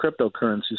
cryptocurrencies